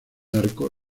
arco